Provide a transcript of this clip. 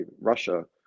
russia